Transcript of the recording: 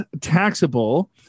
taxable